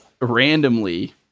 randomly